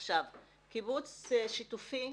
קיבוץ שיתופי,